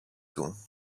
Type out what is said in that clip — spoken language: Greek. του